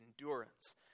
endurance